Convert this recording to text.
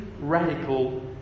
radical